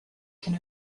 can